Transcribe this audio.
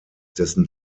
dessen